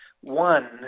one